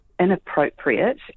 inappropriate